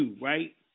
right